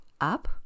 up